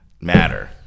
matter